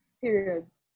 periods